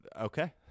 Okay